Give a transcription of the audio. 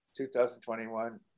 2021